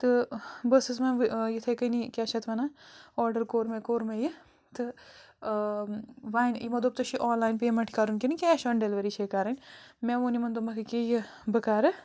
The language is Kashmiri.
تہٕ بہٕ ٲسٕس وۄنۍ یِتھَے کٔنی کیٛاہ چھِ اَتھ وَنان آرڈَر کوٚر مےٚ کوٚر مےٚ یہِ تہٕ وۄنۍ یِمو دوٚپ ژےٚ چھِ آن لایِن پیمٮ۪نٛٹ کَرٕنۍ کِنہٕ کیش آن ڈِلؤری چھے کَرٕنۍ مےٚ ووٚن یِمَن دوٚپمَکھ ییٚکیٛاہ یہِ بہٕ کَرٕ